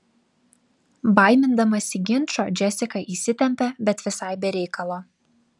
baimindamasi ginčo džesika įsitempė bet visai be reikalo